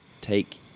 take